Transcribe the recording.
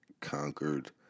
conquered